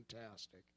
fantastic